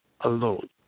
alone